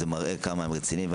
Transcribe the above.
זה מראה כמה הם רציניים.